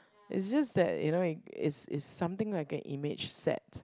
it's just that you know it is is something like a image set